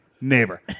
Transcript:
neighbor